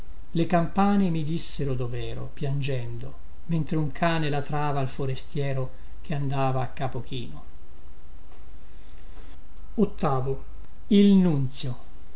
le campane mi dissero dovero piangendo mentre un cane latrava al forestiero che andava a capo chino